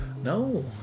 No